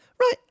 right